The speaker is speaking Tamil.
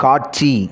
காட்சி